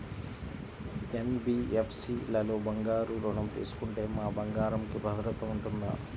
NBFC లలో బంగారు ఋణం తీసుకుంటే మా బంగారంకి భద్రత ఉంటుందా?